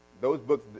those books,